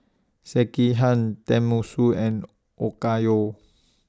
Sekihan Tenmusu and Okayu